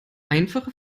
einfache